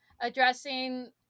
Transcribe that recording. addressing